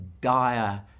dire